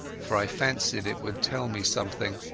for i fancied it would tell me something.